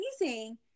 amazing